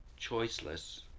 choiceless